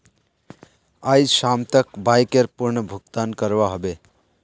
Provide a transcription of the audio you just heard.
आइज शाम तक बाइकर पूर्ण भुक्तान करवा ह बे